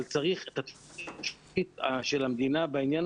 אבל צריך את התמיכה של המדינה בעניין